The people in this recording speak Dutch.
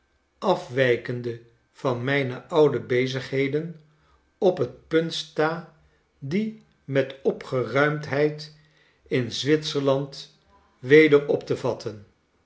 afwijkende van mijne oude bezigheden op het punt sta die met opgeruimdheid in z witserland weder op te vatten